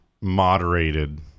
moderated